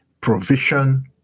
provision